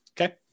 Okay